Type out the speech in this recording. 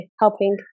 helping